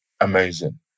Amazing